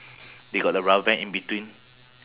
they got the rubber band in between